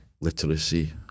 literacy